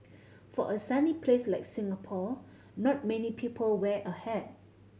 for a sunny place like Singapore not many people wear a hat